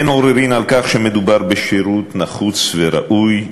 אין עוררין על כך שמדובר בשירות נחוץ וראוי,